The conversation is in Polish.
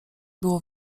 było